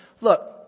look